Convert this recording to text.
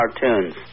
cartoons